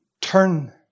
Turn